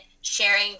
sharing